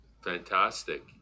Fantastic